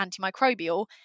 antimicrobial